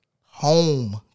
home